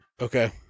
Okay